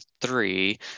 three